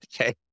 Okay